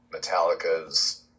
Metallica's